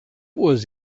was